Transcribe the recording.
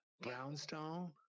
brownstone